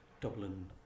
Dublin